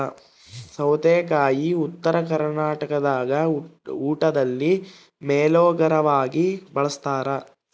ಸೌತೆಕಾಯಿ ಉತ್ತರ ಕರ್ನಾಟಕದಾಗ ಊಟದಲ್ಲಿ ಮೇಲೋಗರವಾಗಿ ಬಳಸ್ತಾರ